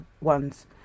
ones